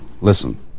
Listen